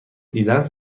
دیدن